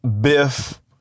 Biff